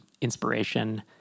inspiration